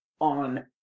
on